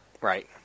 Right